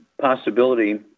possibility